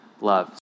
love